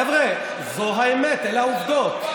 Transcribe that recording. חבר'ה, זו האמת, אלה העובדות.